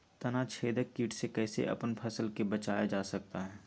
तनाछेदक किट से कैसे अपन फसल के बचाया जा सकता हैं?